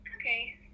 Okay